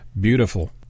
Beautiful